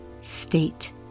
state